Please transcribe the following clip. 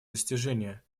достижения